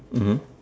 mmhmm